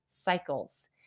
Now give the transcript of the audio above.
Cycles